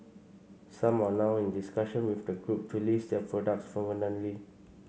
some are now in discussion with the Group to list their products permanently